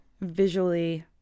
visually